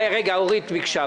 אורית פרקש-הכהן ביקשה.